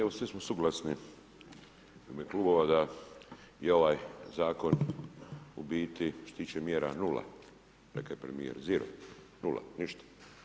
Evo svi smo suglasni u ime klubova da je ovaj zakon u biti što se tiče mjera nula, rekao je premijer zero, nula, ništa.